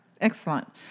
excellent